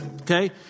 Okay